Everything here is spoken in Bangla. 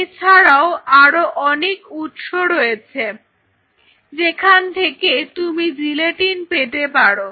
এছাড়াও আরো অনেক উৎস রয়েছে যেখান থেকে তুমি জিলেটিন পেতে পারো